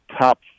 top